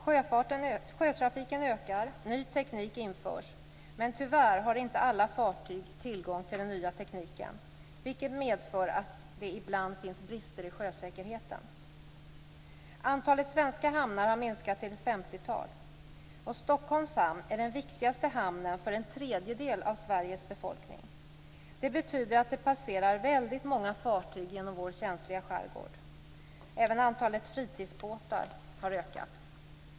Sjötrafiken ökar och ny teknik införs, men tyvärr har inte alla fartyg tillgång till den nya tekniken, vilket medför att det ibland finns brister i sjösäkerheten. Antalet svenska hamnar har minskat till ett femtiotal. Stockholms hamn är den viktigaste hamnen för en tredjedel av Sveriges befolkning. Det betyder att det passerar väldigt många fartyg genom vår känsliga skärgård. Även antalet fritidsbåtar har ökat.